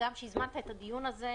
גם שיזמת את הדיון הזה,